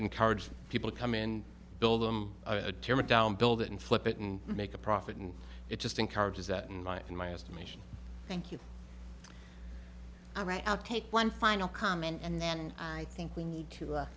encourage people to come in build them down build it and flip it and make a profit and it just encourages that and life in my estimation thank you all right now take one final comment and then i think we need to